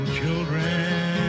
children